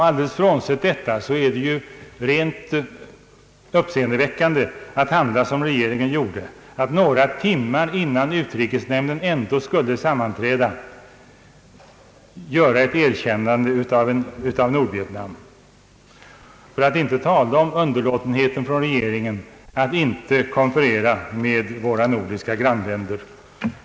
Alldeles frånsett detta är det uppseendeväckande att handla som regeringen gjorde, att några timmar innan utrikesnämnden ändå skulle sammanträda erkänna Nordvietnam — för att inte tala om underlåtenheten från regeringen att konferera med våra nordiska grannländer.